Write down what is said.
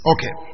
Okay